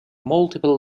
multiple